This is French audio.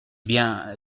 bien